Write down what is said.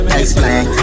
explain